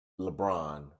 LeBron